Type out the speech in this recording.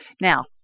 Now